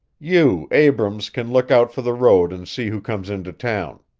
you, abrams, can look out for the road and see who comes into town.